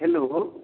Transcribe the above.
hello